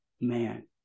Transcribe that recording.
man